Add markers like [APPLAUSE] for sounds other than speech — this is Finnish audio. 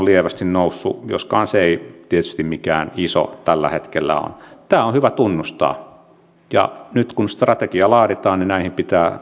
[UNINTELLIGIBLE] lievästi noussut joskaan se ei tietysti mikään iso tällä hetkellä ole tämä on hyvä tunnustaa ja nyt kun strategiaa laaditaan näihin pitää löytää